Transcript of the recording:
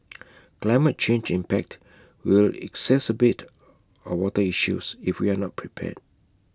climate change impact will exacerbate our water issues if we are not prepared